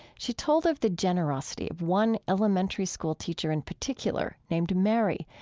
she told of the generosity of one elementary school teacher in particular named mary,